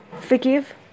Forgive